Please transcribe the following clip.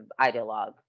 ideologue